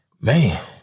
Man